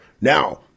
Now